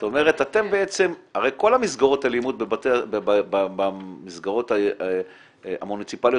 הרי כל מסגרות הלימוד במסגרות המוניציפליות